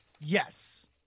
Yes